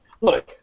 Look